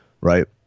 Right